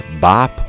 bop